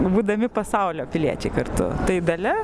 būdami pasaulio piliečiai kartu tai dalia